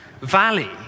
valley